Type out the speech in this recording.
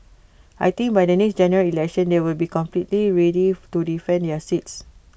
I think by the next General Election they will be completely ready to defend their seats